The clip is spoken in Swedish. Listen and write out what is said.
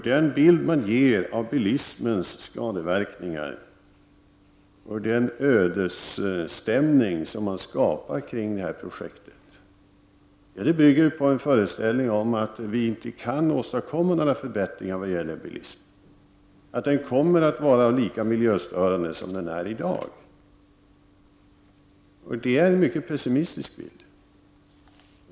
Den bild som man ger av bilismens skadeverkningar och den ödesstämning som man skapar kring detta projekt bygger på en föreställning om att vi inte kan åstadkomma några förbättringar i vad gäller bilismen, att den kommer att vara lika miljöstörande som den är i dag. Det är en mycket pessimistisk bild.